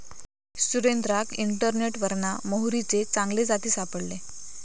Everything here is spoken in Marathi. सुरेंद्राक इंटरनेटवरना मोहरीचे चांगले जाती सापडले